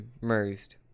merged